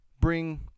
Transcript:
bring